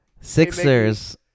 Sixers